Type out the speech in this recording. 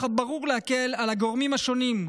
הברור להקל בעת הזאת על הגורמים השונים,